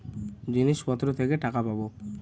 জিনিসপত্র থেকে টাকা পাবো